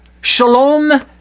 shalom